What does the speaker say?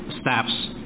steps